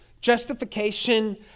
Justification